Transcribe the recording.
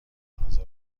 حاضر